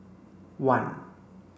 one